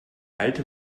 alte